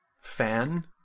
fan